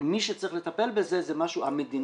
מי שצריך לטפל בזה זו המדינה,